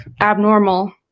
abnormal